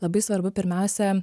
labai svarbu pirmiausia